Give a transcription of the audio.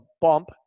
bump